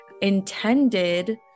intended